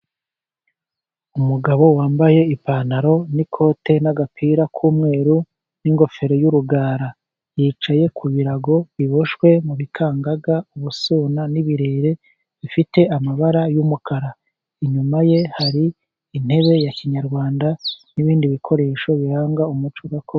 Umugabo wambaye ipantaro, n'ikote, n'agapira k'umweru, n'ingofero y'urugara. Yicaye ku birago biboshywe mu bikangaga, ubusuna n'ibirere bifite amabara y'umukara. Inyuma ye hari intebe ya kinyarwanda, n'ibindi bikoresho biranga umuco gakondo.